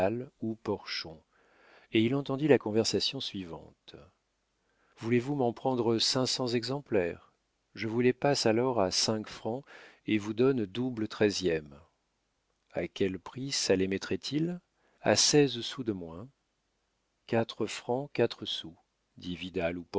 ou porchon et il entendit la conversation suivante voulez-vous m'en prendre cinq cents exemplaires je vous les passe alors à cinq francs et vous donne double treizième a quel prix ça les mettrait il a seize sous de moins quatre francs quatre sous dit